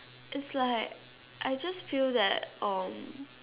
it's like I just feel that um